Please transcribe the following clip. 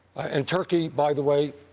and turkey, by the way,